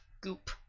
goop